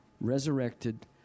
resurrected